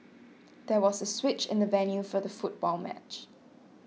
there was a switch in the venue for the football match